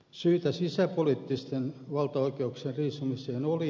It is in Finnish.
syitä sisäpoliittisten valtaoikeuksien riisumiseen oli